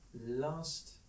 last